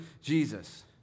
Jesus